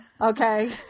Okay